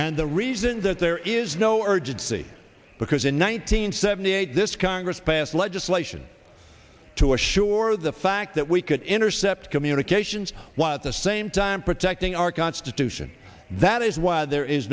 thank the reasons that there is no urgency because in one nine hundred seventy eight this congress passed legislation to assure the fact that we could intercept communications was the same time protecting our constitution that is why there is